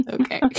Okay